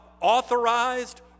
authorized